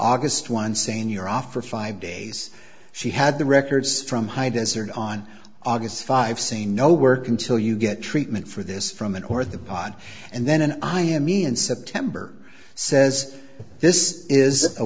august one saying you're off for five days she had the records from high desert on august five say no work until you get treatment for this from an orthopod and then an i am in september says this is a